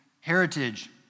heritage